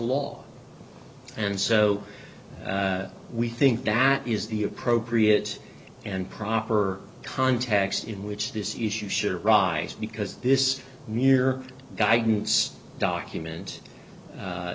law and so we think that is the appropriate and proper context in which this issue sure rise because this mere guidance document